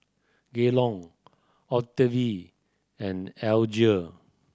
Gaylon Octavie and Alger